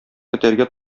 көтәргә